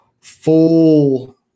full